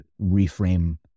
reframe